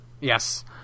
yes